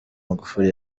magufuli